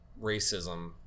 racism